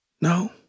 No